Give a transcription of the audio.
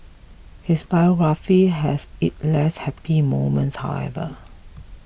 his biography has its less happy moments however